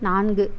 நான்கு